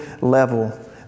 level